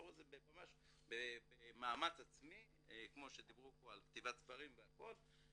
אתה רואה את זה ממש במאמץ עצמי כמו שדיברו פה על כתיבת ספרים והכול,